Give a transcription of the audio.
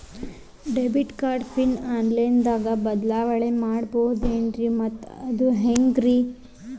Debit card PIN online ದಾಗ ಬದಲಾವಣೆ ಮಾಡಬಹುದೇನ್ರಿ ಮತ್ತು ಅದು ಹೆಂಗ್ರಿ?